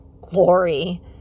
glory